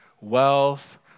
wealth